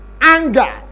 anger